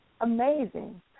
Amazing